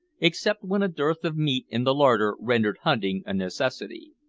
except when a dearth of meat in the larder rendered hunting a necessity.